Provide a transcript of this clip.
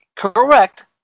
Correct